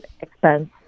expense